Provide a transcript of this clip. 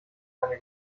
seine